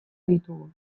ditugu